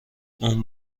اون